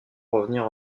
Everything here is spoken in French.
revenir